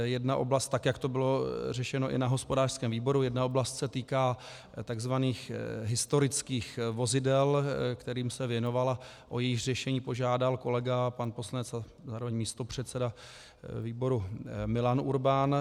Jedna oblast, jak to bylo řešeno i na hospodářském výboru, se týká takzvaných historických vozidel, kterým se věnoval a o jejichž řešení požádal kolega, pan poslanec a zároveň místopředseda výboru Milan Urban.